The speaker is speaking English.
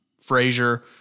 Frazier